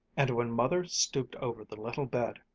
and when mother stooped over the little bed,